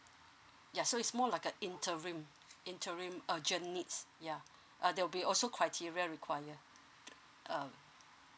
ya so it's more like a interim interim urgent needs ya uh there will be also criteria require um